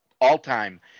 all-time